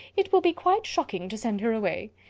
it will be quite shocking to send her away!